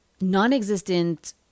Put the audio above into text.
Non-existent